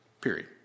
period